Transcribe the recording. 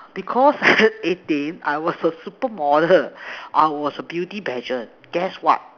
because eighteen I was a super model I was a beauty pageant guess what